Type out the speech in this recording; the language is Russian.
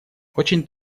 очень